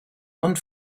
und